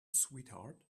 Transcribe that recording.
sweetheart